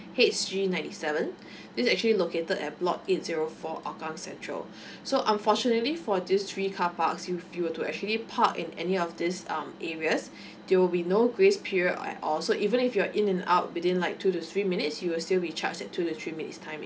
H G ninety seven this is actually located at block eight zero four hougang central so unfortunately for these three carparks if you were to actually park in any of these um areas there will be no grace period at all so even if you're in and out within like two to three minutes you will still be charged two to three minutes timing